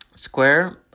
Square